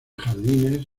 jardines